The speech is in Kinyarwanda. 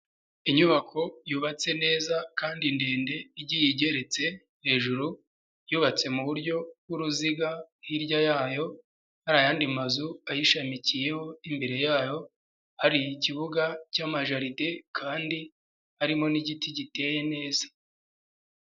Inyubako yubatse neza kandi ndende igiye igeretse, hejuru yubatse mu buryo bw'uruziga hirya yayo hari ayandi mazu ayishamikiyeho, imbere yayo ari ikibuga cy'amajaride kandi harimo n'igiti giteye neza.